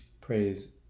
Praise